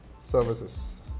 Services